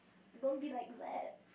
don't be like that